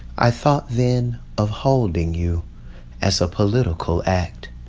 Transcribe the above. i thought then of holding you as a political act.